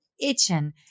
itching